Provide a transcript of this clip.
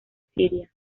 siria